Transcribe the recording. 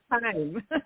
time